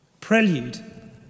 prelude